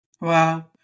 Wow